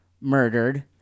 murdered